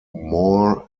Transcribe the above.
moore